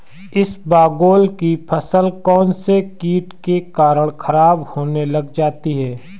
इसबगोल की फसल कौनसे कीट के कारण खराब होने लग जाती है?